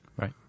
Right